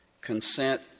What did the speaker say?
consent